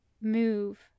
move